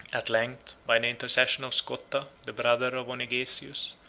at length, by the intercession of scotta, the brother of onegesius,